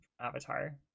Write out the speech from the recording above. Avatar